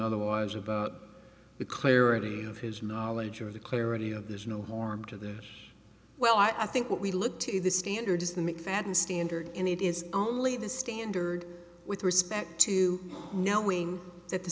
other was about the clarity of his knowledge of the clarity of there's no harm to the well i think what we look to the standard is the mcfadden standard and it is only the standard with respect to knowing that the